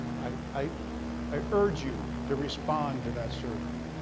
i i i urge you to respond to that survey.